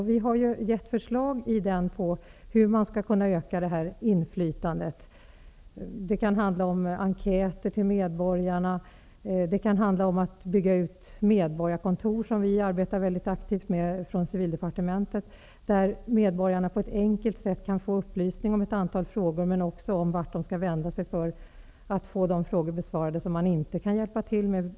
Kommittén har lämnat förslag om hur inflytandet skall kunna ökas genom t.ex. enkäter till medborgarna, utbyggnad av medborgarkontor -- något som vi på civildepartementet arbetar väldigt aktivt med -- där medborgarna på ett mycket enkelt sätt kan få upplysning i ett antal frågor och också om vart de skall vända sig för att få de frågor besvarade som medborgarkontoret inte kan hjälpa till med.